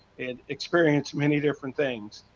and experienced many different things.